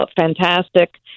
fantastic